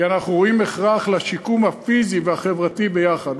כי אנחנו רואים הכרח בשיקום הפיזי והחברתי ביחד,